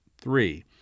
three